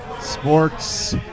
Sports